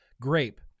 grape